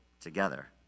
together